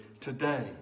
today